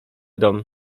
dom